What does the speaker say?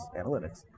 analytics